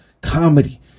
comedy